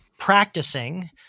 practicing